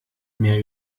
mehr